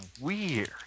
weird